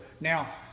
Now